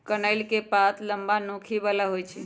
कनइल के पात लम्मा, नोखी बला होइ छइ